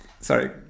Sorry